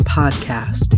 podcast